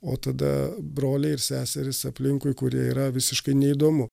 o tada broliai ir seserys aplinkui kurie yra visiškai neįdomu